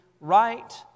right